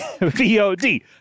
V-O-D